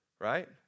right